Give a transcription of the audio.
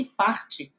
parte